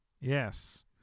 Yes